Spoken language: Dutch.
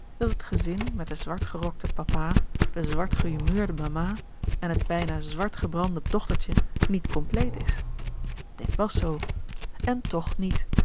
dat het gezin met den zwartgerokten papa de zwart gehumeurde mama en het bijna zwartgebrande dochtertje niet compleet is dit was zoo en toch niet